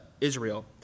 Israel